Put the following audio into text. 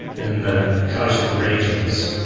in the coastal regions,